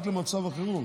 רק למצב החירום,